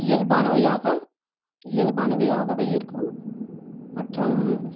இயல்பானவையாக இயல்பானவையாக இருக்கும் மற்றும்